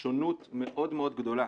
השונות מאוד גדולה.